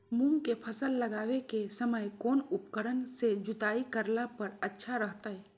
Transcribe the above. मूंग के फसल लगावे के समय कौन उपकरण से जुताई करला पर अच्छा रहतय?